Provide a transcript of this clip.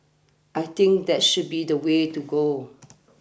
I think that should be the way to go